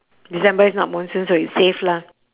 december is not monsoon so it's safe lah